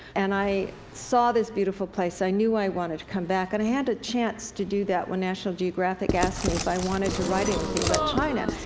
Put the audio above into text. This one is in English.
and i saw this beautiful place. i knew i wanted to come back. and i had a chance to do that, when national geographic asked me if i wanted to write anything about china.